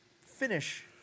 finish